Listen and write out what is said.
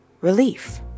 relief